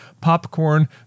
popcorn